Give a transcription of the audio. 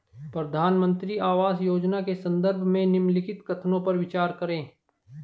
प्रधानमंत्री आवास योजना के संदर्भ में निम्नलिखित कथनों पर विचार करें?